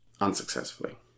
unsuccessfully